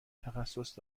تخصص